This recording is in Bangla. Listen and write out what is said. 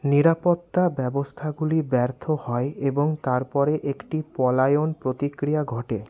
নিরাপত্তা ব্যবস্থাগুলি ব্যর্থ হয় এবং তারপরে একটি পলায়ন প্রতিক্রিয়া ঘটে